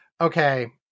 okay